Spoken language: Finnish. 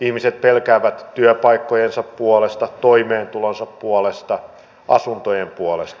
ihmiset pelkäävät työpaikkojensa puolesta toimeentulonsa puolesta asuntojen puolesta